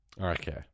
Okay